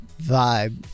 vibe